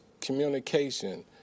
communication